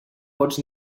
pots